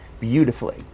beautifully